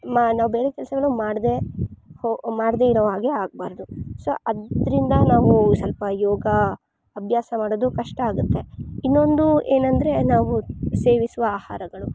ಮಾ ನಾವು ಬೇರೆ ಕೆಲಸಗಳು ಮಾಡದೇ ಹೊ ಮಾಡದೇ ಇರೋ ಹಾಗೆ ಆಗಬಾರ್ದು ಸೊ ಅದರಿಂದ ನಾವು ಸ್ವಲ್ಪ ಯೋಗ ಅಭ್ಯಾಸ ಮಾಡೋದು ಕಷ್ಟ ಆಗುತ್ತೆ ಇನ್ನೊಂದು ಏನೆಂದ್ರೆ ನಾವು ಸೇವಿಸುವ ಆಹಾರಗಳು